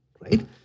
Right